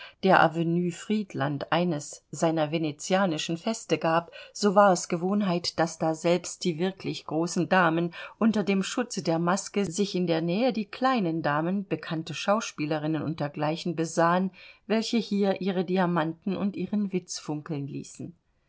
der avenue friedland eines seiner venetianischen feste gab so war es gewohnheit daß daselbst die wirklich großen damen unter dem schutze der maske sich in der nähe die kleinen damen bekannte schauspielerinnen u dgl besahen welche hier ihre diamanten und ihren witz funkeln ließen